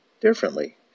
differently